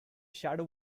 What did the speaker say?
shadow